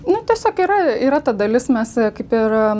nu tiesiog yra yra ta dalis mes kaip ir